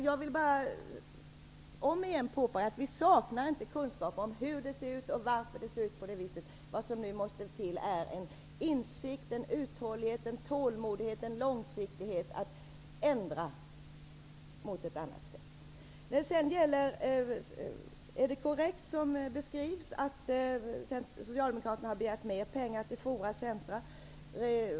Jag vill bara om igen påpeka att vi inte saknar kunskap om hur det ser ut och varför det ser ut på det viset. Det som nu måste till är en insikt, en uthållighet, en tålmodighet, en långsiktighet i att ändra mot ett annat sätt. Det är korrekt som beskrivs, att Socialdemokraterna har begärt mer pengar till forum/centrum.